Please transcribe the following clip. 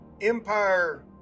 Empire